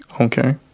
okay